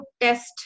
test